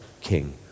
King